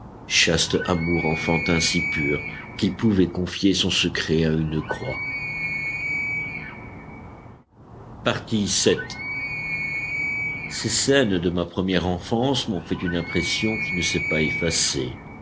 chaste amour enfantin si pur qu'il pouvait confier son secret à une croix ces scènes de ma première enfance m'ont fait une impression qui ne s'est pas effacée